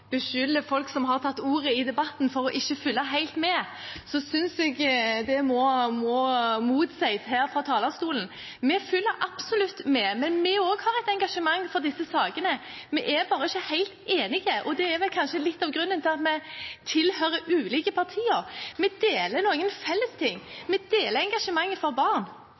beskylder folk som har tatt ordet i debatten, for ikke å følge helt med, så synes jeg det må motsies her fra talerstolen. Vi følger absolutt med, vi også har et engasjement for disse sakene, vi er bare ikke helt enige, og det er vel kanskje litt av grunnen til at vi tilhører ulike partier. Vi har noe felles: Vi deler engasjementet for barn.